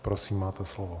Prosím, máte slovo.